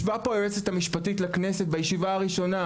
ישבה פה היועצת המשפטית לכנסת בישיבה הראשונה,